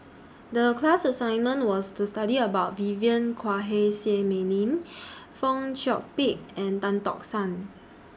The class assignment was to study about Vivien Quahe Seah Mei Lin Fong Chong Pik and Tan Tock San